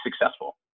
successful